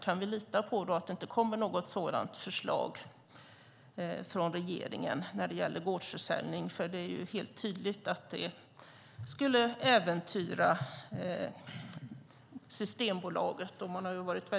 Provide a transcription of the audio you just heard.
Kan vi lita på att det inte kommer något förslag om gårdsförsäljning från regeringen? Det är helt tydligt att det skulle äventyra Systembolaget.